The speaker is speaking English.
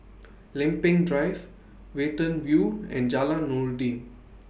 Lempeng Drive Watten View and Jalan Noordin